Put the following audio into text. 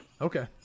Okay